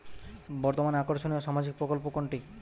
বর্তমানে আকর্ষনিয় সামাজিক প্রকল্প কোনটি?